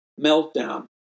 meltdown